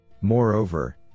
Moreover